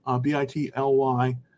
B-I-T-L-Y